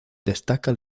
destaca